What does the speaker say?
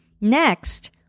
Next